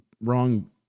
wrong